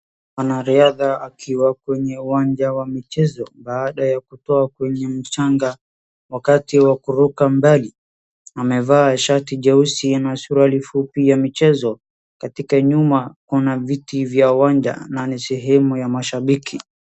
Mwanariadha akiwa kwenye uwanja wa michezo baada ya kutoa kwenye mchanga wakati wa kuruka mbali. Amevaa shati jeusi na suruali fupi ya michezo. Katika nyuma kuna viti vya uwanja na ni sehemu ya mashabiki.